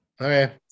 Okay